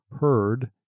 heard